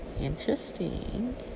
Interesting